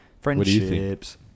friendships